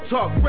Talk